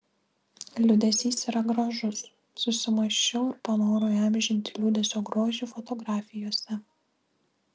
liūdesys yra gražus susimąsčiau ir panorau įamžinti liūdesio grožį fotografijose